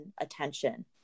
attention